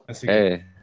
Hey